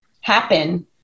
happen